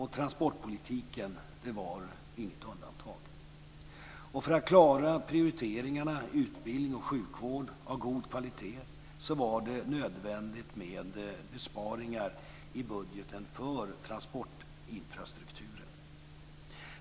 Transportpolitiken var inget undantag. För att klara prioriteringarna i utbildning och sjukvård av god kvalitet var det nödvändigt med besparingar i budgeten för transportinfrastrukturen.